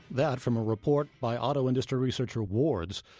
that, from a report by auto industry researcher ward's.